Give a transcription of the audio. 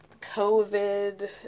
covid